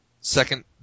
second